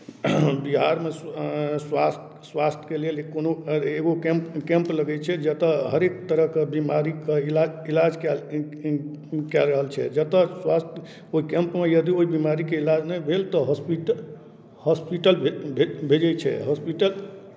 बिहारमे स्वास्थ्य स्वास्थ्यके लेल कोनो एगो कैम्प कैम्प लगै छै जतय हरेक तरहके बिमारीके इलाज इलाज कयल कए कए रहल छै जतय स्वास्थ्य ओहि कैम्पमे यदि ओहि बिमारीके इलाज नहि भेल तऽ हॉस्पिटल हॉस्पिटल भे भे भेजै छै हॉस्पिटल